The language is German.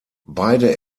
beide